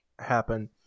happen